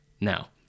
now